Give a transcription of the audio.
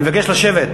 אני מבקש לשבת.